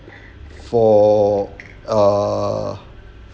for err